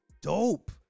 dope